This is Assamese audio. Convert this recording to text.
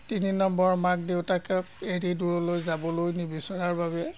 তিনি নম্বৰ মাক দেউতাকক এৰি দূৰলৈ যাবলৈ নিবিচৰাৰ বাবে